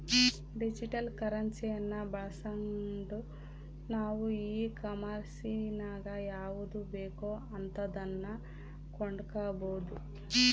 digital ಕರೆನ್ಸಿಯನ್ನ ಬಳಸ್ಗಂಡು ನಾವು ಈ ಕಾಂಮೆರ್ಸಿನಗ ಯಾವುದು ಬೇಕೋ ಅಂತದನ್ನ ಕೊಂಡಕಬೊದು